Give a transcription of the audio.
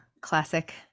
classic